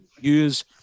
use